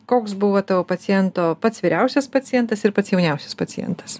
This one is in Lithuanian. koks buvo tavo paciento pats vyriausias pacientas ir pats jauniausias pacientas